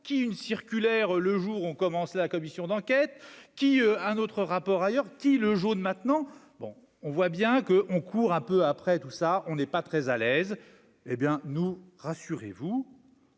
qui une circulaire le jour ont commencé à la commission d'enquête qui un autre rapport ailleurs qui le jaune maintenant, bon, on voit bien que on court un peu après tout ça, on n'est pas très à l'aise, hé bien, nous rassurez-vous.